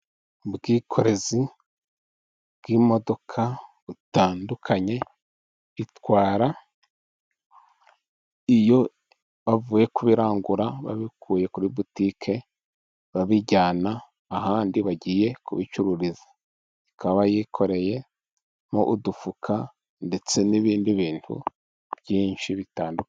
Mu bwikorezi bw'imodoka butandukanye itwara iyo avuye kubirangura babikuye kuri butike, babijyana ahandi bagiye kubicururiza. Ikaba yikoreyemo udufuka, ndetse n'ibindi bintu byinshi bitandukanye.